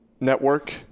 network